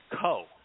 co